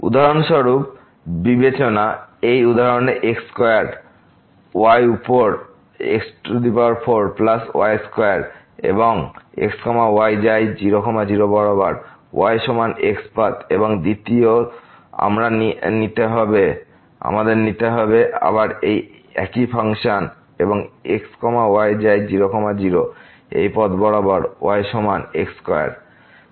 উদাহরণস্বরূপ বিবেচনা এই উদাহরণে x স্কয়ার y উপর x4 প্লাস y স্কয়ার এবংx y যায় 0 0 বরাবর y সমান x পথ এবং দ্বিতীয় আমরা নিতে হবে আবার একই ফাংশন এবং x y যায় 0 0 এই পথবরাবর y সমান xস্কয়ার